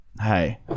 hey